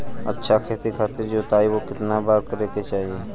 अच्छा खेती खातिर जोताई कितना बार करे के चाही?